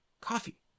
coffee